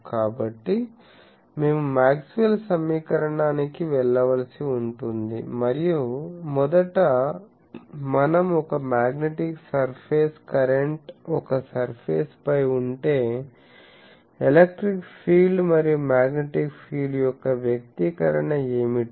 కాబట్టి మేము మాక్స్వెల్ సమీకరణానికి వెళ్ళవలసి ఉంటుంది మరియు మొదట మనం ఒక మాగ్నెటిక్ సర్ఫేస్ కరెంట్ ఒక సర్ఫేస్ పై ఉంటే ఎలక్ట్రిక్ ఫీల్డ్ మరియు మాగ్నెటిక్ ఫీల్డ్ యొక్క వ్యక్తీకరణ ఏమిటి